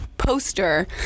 poster